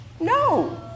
no